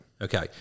Okay